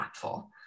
impactful